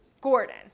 Gordon